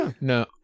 No